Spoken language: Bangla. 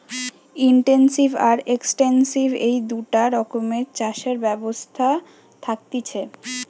ইনটেনসিভ আর এক্সটেন্সিভ এই দুটা রকমের চাষের ব্যবস্থা থাকতিছে